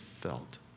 felt